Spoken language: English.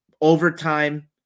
overtime